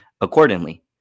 accordingly